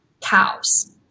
cows